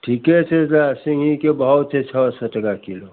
ठीके छै तऽ सिङ्गघीके भाव छै छओ सए टका किलो